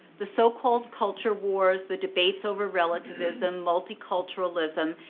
the so-called culture wars, the debates over relativism, multiculturalism,